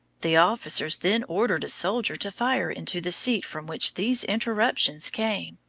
the officers then ordered a soldier to fire into the seat from which these interruptions came.